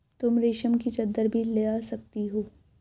तुम रेशम की चद्दर भी ला सकती हो